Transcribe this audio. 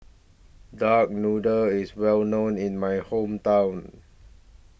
Duck Noodle IS Well known in My Hometown